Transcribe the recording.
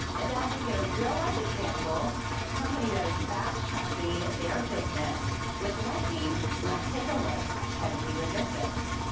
and to help us get a real life example of company that is fast tracking their business with lightning, let's take a look at penske logistics.